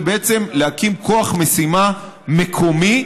בעצם להקים כוח משימה מקומי,